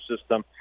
system